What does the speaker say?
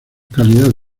cálidas